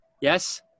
Yes